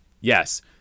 Yes